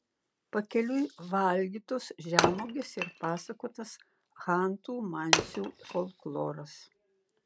pakeliui valgytos žemuogės ir pasakotas chantų mansių folkloras